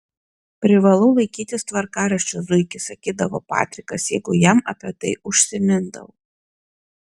privalau laikytis tvarkaraščio zuiki sakydavo patrikas jeigu jam apie tai užsimindavau